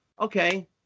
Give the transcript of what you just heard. Okay